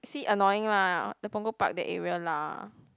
see annoying lah the Punggol Park that area lah